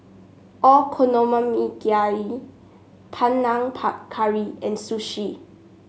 Panang Curry and Sushi